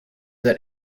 that